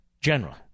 general